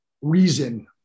reason